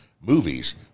movies